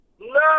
No